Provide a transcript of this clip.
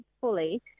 fully